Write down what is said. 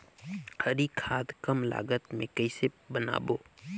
हरी खाद कम लागत मे कइसे बनाबो?